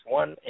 one